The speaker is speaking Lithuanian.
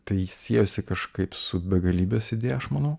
tai siejosi kažkaip su begalybės idėja aš manau